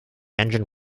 engine